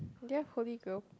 that holy grow